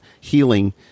healing